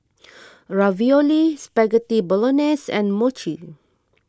Ravioli Spaghetti Bolognese and Mochi